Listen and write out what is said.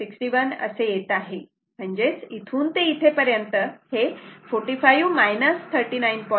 61 असे येत आहे म्हणजेच इथून ते इथे पर्यंत हे 45 39